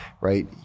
right